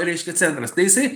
reiškia centras tai jisai